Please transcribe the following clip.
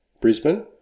Brisbane